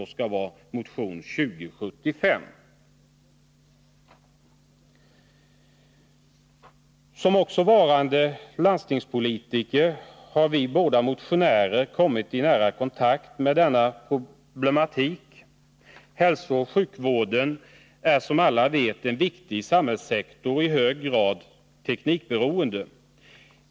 Det skall vara motion 2075. Såsom varande också landstingspolitiker har vi båda motionärer kommit i nära kontakt med denna problematik. Hälsooch sjukvården är, som alla vet, en viktig samhällssektor och i hög grad teknikberoende.